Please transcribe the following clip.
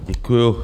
Děkuju.